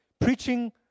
preaching